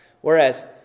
Whereas